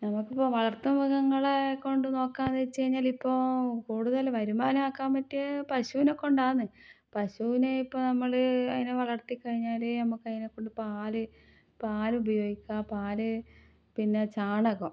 നമുക്കിപ്പോൾ വളർത്ത് മൃഗങ്ങളെ കൊണ്ട് നോക്കുകയെന്ന് വെച്ച് കഴിഞ്ഞാലിപ്പോൾ കൂടുതലും വരുമാനം ആക്കാൻ പറ്റിയ പശുവിനെ കൊണ്ടാന്ന് പശുവിനെ ഇപ്പോൾ നമ്മൾ അതിനെ വളർത്തിക്കഴിഞ്ഞാൽ ഞമ്മക്കതിനെ കൊണ്ട് പാൽ പാലുപയോഗിക്കാം പാൽ പിന്നെ ചാണകം